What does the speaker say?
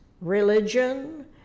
religion